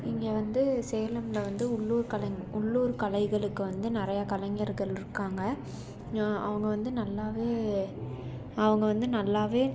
இங்கே வந்து சேலம்ல வந்து உள்ளூர் கலை உள்ளூர் கலைகளுக்கு வந்து நிறையா கலைஞர்கள் இருக்காங்க அவங்க வந்து நல்லா அவங்க வந்து நல்லா